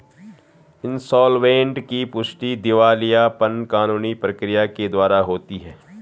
insolvent की पुष्टि दिवालियापन कानूनी प्रक्रिया के द्वारा होती है